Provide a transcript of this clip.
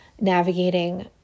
navigating